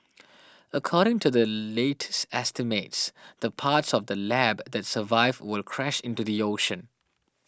according to the latest estimates the parts of the lab that survive will crash into the ocean